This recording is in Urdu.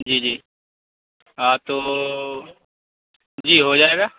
جی جی ہاں تو جی ہو جائے گا